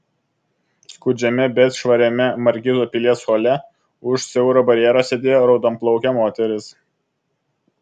skurdžiame bet švariame markizo pilies hole už siauro barjero sėdėjo raudonplaukė moteris